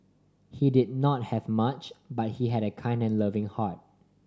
he did not have much but he had a kind and loving heart